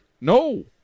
No